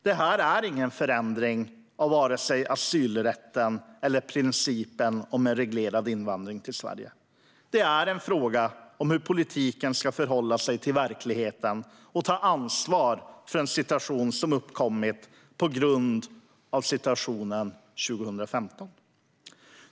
Det här är ingen förändring av vare sig asylrätten eller principen om en reglerad invandring i Sverige. Det är en fråga om hur politiken ska förhålla sig till verkligheten och ta ansvar för en situation som uppkommit på grund av situationen 2015.